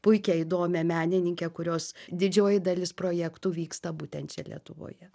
puikią įdomią menininkę kurios didžioji dalis projektų vyksta būtent čia lietuvoje